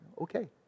okay